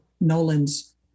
Nolan's